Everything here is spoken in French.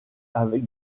avec